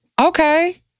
Okay